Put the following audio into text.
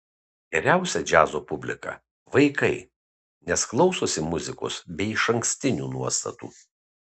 geriausia džiazo publika vaikai nes klausosi muzikos be išankstinių nuostatų